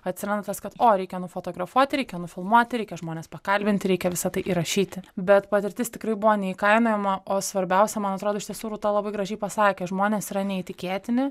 atsiranda tas kad o reikia nufotografuoti reikia nufilmuoti reikia žmones pakalbinti reikia visą tai įrašyti bet patirtis tikrai buvo neįkainojama o svarbiausia man atrodo iš tiesų rūta labai gražiai pasakė žmonės yra neįtikėtini